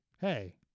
hey